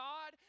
God